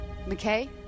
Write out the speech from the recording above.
McKay